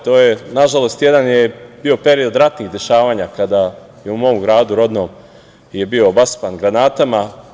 To je nažalost, jedan je bio period ratnih dešavanja kada je u mom gradu rodnom, bio je obasipan granatama.